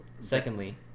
Secondly